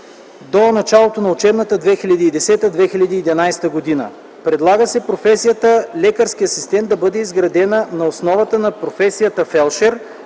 до началото на учебната 2010 – 2011 г. Предлага се професията „лекарски асистент” да бъде изградена на основата на професията “фелдшер”,